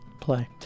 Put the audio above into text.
Play